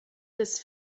des